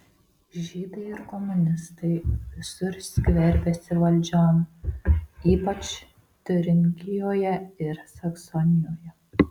žydai ir komunistai visur skverbiasi valdžion ypač tiuringijoje ir saksonijoje